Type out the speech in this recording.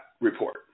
report